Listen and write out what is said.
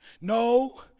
no